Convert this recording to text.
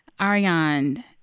Ariane